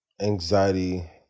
anxiety